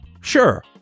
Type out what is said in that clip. Sure